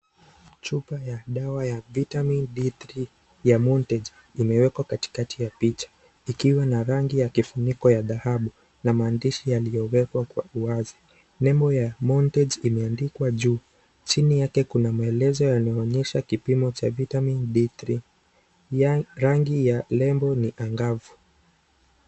Chupa ya dawa ya Vitamin D3 ya Montage imewekwa katikati ya picha ikiwa na rangi ya kifuniko ya dhahabu na maandishi yaliyowekwa kwa uwazi. Nembo ya Montage imeandikwa juu. Chini yake kuna maelezo yanayoonyesha kipimo cha vitamin D3 . Rangi ya nembo ni angavu.